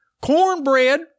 Cornbread